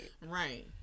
right